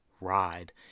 ride